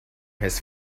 his